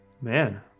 Man